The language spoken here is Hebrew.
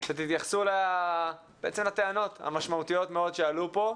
רוצה שתתייחסו לטענות המשמעויות מאוד שעלו פה.